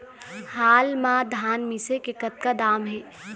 हाल मा धान मिसे के कतका दाम हे?